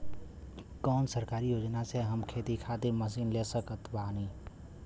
कौन सरकारी योजना से हम खेती खातिर मशीन ले सकत बानी?